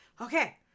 okay